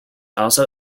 also